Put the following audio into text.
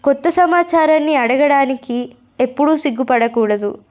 క్రొత్త సమాచారాన్ని అడగడానికి ఎప్పుడూ సిగ్గుపడకూడదు